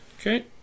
Okay